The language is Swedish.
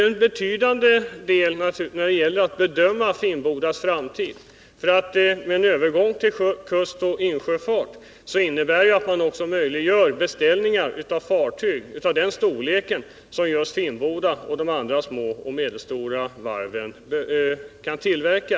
Detta är naturligtvis en viktig faktor när det gäller att bedöma Finnbodas framtid. En övergång från landsvägstransporter till kustoch insjöfart innebär att man möjliggör beställningar av fartyg av den storlek som just Finnboda och de andra små och medelstora varven kan tillverka.